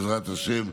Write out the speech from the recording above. בעזרת השם,